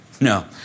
No